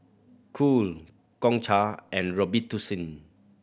Cool Gongcha and Robitussin